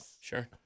Sure